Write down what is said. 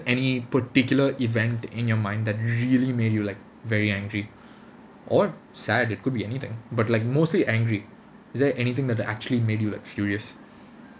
any particular event in your mind that really made you like very angry or sad it could be anything but like mostly angry is there anything that actually made you like furious